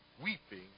weeping